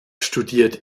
studiert